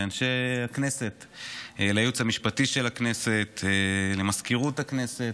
התשפ"ד 2024,